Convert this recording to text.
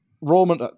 Roman